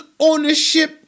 ownership